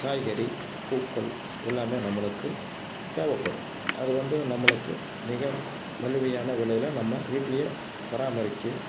காய்கறி பூக்கள் எல்லாம் நம்மளுக்கு தேவைப்படும் அது வந்து நம்மளுக்கு மிக மலியான விலையில் நம்ம வீட்லேயே பராமரிக்க